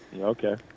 Okay